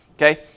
Okay